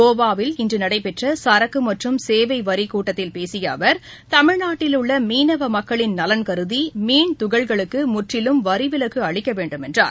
கோவாவில் இன்று நடைபெற்ற சரக்கு மற்றும் சேவை வரி கூட்டத்தில் பேசிய அவர் தமிழ்நாட்டில் உள்ள மீனவ மக்களின் நலன்கருதி மீன் துகள்களுக்கு முற்றிலும் வரி விலக்கு அளிக்க வேண்டும் என்றார்